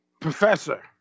Professor